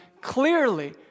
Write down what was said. clearly